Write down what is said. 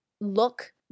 look